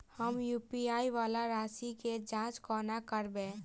हम यु.पी.आई वला राशि केँ जाँच कोना करबै?